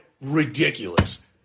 ridiculous